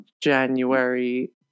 January